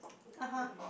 (uh huh)